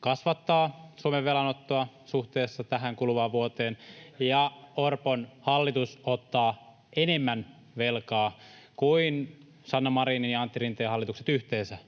kasvattaa Suomen velanottoa suhteessa tähän kuluvaan vuoteen ja Orpon hallitus ottaa enemmän velkaa kuin Sanna Marinin ja Antti Rinteen hallitukset yhteensä